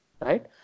Right